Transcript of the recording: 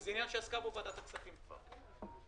זה משהו שוועדת הכספים כבר עסקה בו.